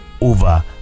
over